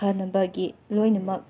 ꯐꯅꯕꯒꯤ ꯂꯣꯏꯅꯃꯛ